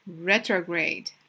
retrograde